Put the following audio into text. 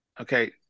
Okay